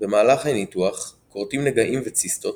- במהלך הניתוח כורתים נגעים וציסטות,